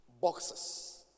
Boxes